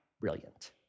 brilliant